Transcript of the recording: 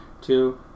two